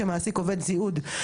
צריך להגיש בקשה הומניטרית,